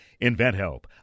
InventHelp